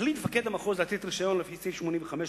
החליט מפקד המחוז לתת רשיון לפי סעיף 85,